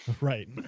right